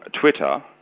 Twitter